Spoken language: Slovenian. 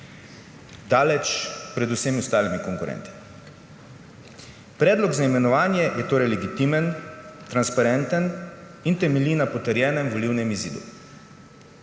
daleč pred vsemi ostalimi konkurenti. Predlog za imenovanje je torej legitimen, transparenten in temelji na potrjenem volilnem izidu.